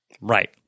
Right